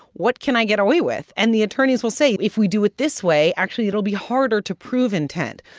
what can i get away with? and the attorneys will say, if we do it this way, actually, it'll be harder to prove intent.